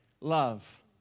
love